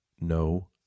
No